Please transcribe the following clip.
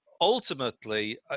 ultimately